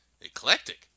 eclectic